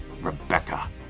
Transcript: Rebecca